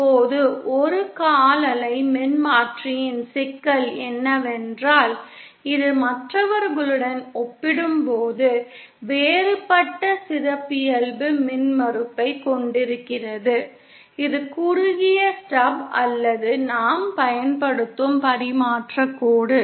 இப்போது ஒரு கால் அலை மின்மாற்றியின் சிக்கல் என்னவென்றால் இது மற்றவர்களுடன் ஒப்பிடும்போது வேறுபட்ட சிறப்பியல்பு மின்மறுப்பைக் கொண்டிருக்கிறது இது குறுகிய ஸ்டப் அல்லது நாம் பயன்படுத்தும் பரிமாற்றக் கோடு